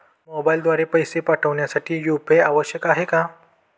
मोबाईलद्वारे पैसे पाठवण्यासाठी यू.पी.आय आवश्यक आहे का?